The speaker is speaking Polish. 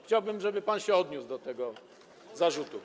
Chciałbym, żeby pan się odniósł do tego zarzutu.